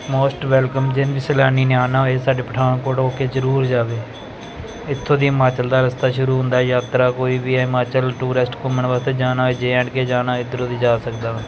most welcome ਜਿਸ ਸੈਲਾਨੀ ਨੇ ਆਉਣਾ ਹੋਏ ਸਾਡੇ ਪਠਾਨਕੋਟ ਹੋ ਕੇ ਜ਼ਰੂਰ ਜਾਵੇ ਇੱਥੋਂ ਦੀ ਹਿਮਾਚਲ ਦਾ ਰਸਤਾ ਸ਼ੁਰੂ ਹੁੰਦਾ ਯਾਤਰਾ ਕੋਈ ਵੀ ਹਿਮਾਚਲ ਟੂਰਿਸਟ ਘੁੰਮਣ ਵਾਸਤੇ ਜਾਣਾ ਜੇ ਐਂਡ ਕੇ ਜਾਣਾ ਇੱਧਰੋਂ ਦੀ ਜਾ ਸਕਦਾ ਵਾ